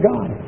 God